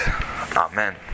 Amen